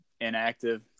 inactive